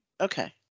Okay